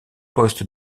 poste